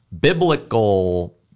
biblical